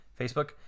facebook